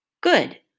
Good